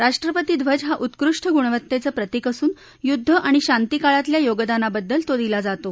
राष्ट्रपती ध्वज हा उत्कृष्ठ गुणवत्तद्वीप्रतिक असून युद्ध आणि शांती काळातल्या योगदानाबद्दल तो दिला जातो